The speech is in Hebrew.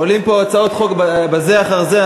עולות פה הצעות חוק בזו אחר זו.